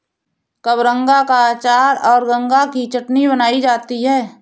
कबरंगा का अचार और गंगा की चटनी बनाई जाती है